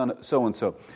so-and-so